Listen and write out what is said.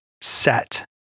set